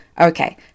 Okay